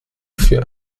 für